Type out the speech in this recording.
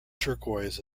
turquoise